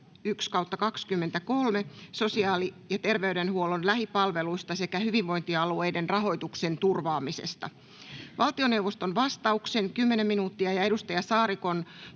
vp sosiaali- ja terveydenhuollon lähipalveluista sekä hyvinvointialueiden rahoituksen turvaamisesta. Valtioneuvoston vastauksen, kymmenen minuuttia, ja Annika Saarikon